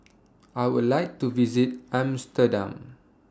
I Would like to visit Amsterdam